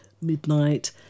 midnight